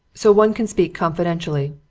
so one can speak confidentially.